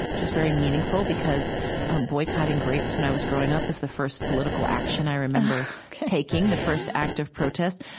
which was very meaningful because boycotting grapes when i was growing up, is the first political action i remember taking, the first active protest.